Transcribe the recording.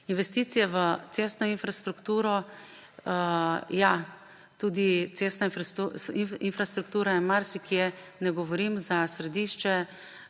Investicije v cestno infrastrukturo. Ja, tudi cestna infrastruktura je bila marsikje – ne govorim za središče